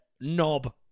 knob